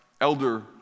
elder